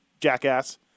jackass